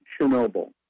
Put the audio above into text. Chernobyl